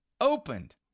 opened